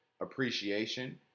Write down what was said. appreciation